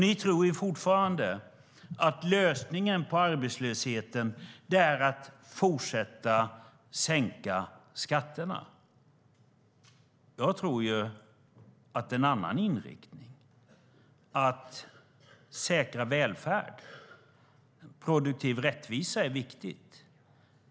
Ni tror fortfarande att lösningen på arbetslösheten är att fortsätta sänka skatterna. Jag tror att en annan inriktning, att säkra välfärd och produktiv rättvisa, är viktig.